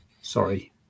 Sorry